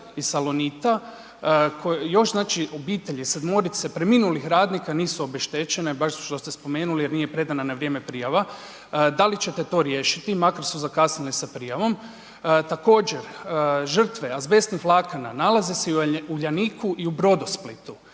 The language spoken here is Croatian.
iz Salonita koji još znači obitelji sedmorice preminulih radnika nisu obeštećene baš što ste spomenuli jer nije predana na vrijeme prijava. Da li ćete to riješiti makar su zakasnili sa prijavom? Također, žrtve azbestnih vlakana nalaze se i u Uljaniku i u Brodosplitu.